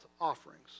offerings